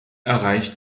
erreicht